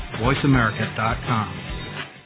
VoiceAmerica.com